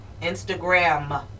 Instagram